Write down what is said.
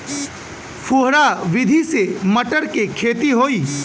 फुहरा विधि से मटर के खेती होई